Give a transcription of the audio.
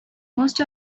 most